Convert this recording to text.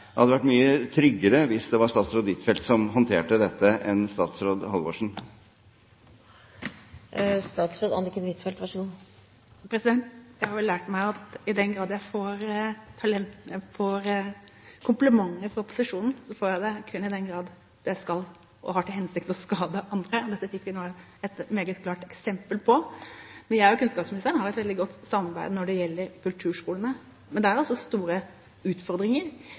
hadde vært mye tryggere hvis det var statsråd Huitfeldt som håndterte dette, enn statsråd Halvorsen. Jeg har lært meg at når jeg får komplimenter fra opposisjonen, får jeg det kun i den grad det har til hensikt å skade andre, og dette fikk vi nå et meget klart eksempel på. Jeg og kunnskapsministeren har et veldig godt samarbeid når det gjelder kulturskolene. Men det er altså store utfordringer,